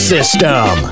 System